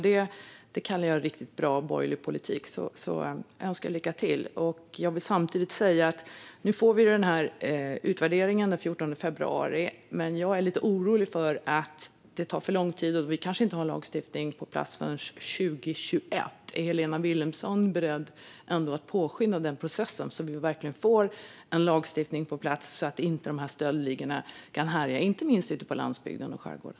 Det kallar jag riktigt bra borgerlig politik, så jag önskar lycka till. Vi får utvärderingen den 14 februari. Jag är dock lite orolig för att det tar för lång tid; vi kanske inte har lagstiftning på plats förrän 2021. Är Helena Vilhelmsson beredd att påskynda denna process, så att vi verkligen får en lagstiftning på plats och så att dessa stöldligor inte kan härja, inte minst ute på landsbygden och i skärgården?